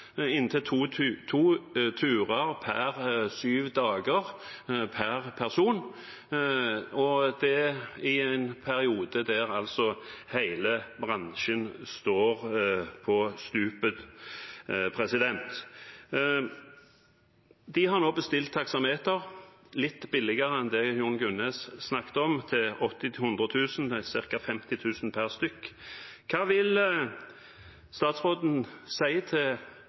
inntil to turer per sju dager per person, det i en periode der altså hele bransjen står på stupet. De har nå bestilt taksameter litt billigere enn det representanten Jon Gunnes snakket om til 80 000–100 000 kr, til ca. 50 000 kr per stykk. Hva vil statsråden si til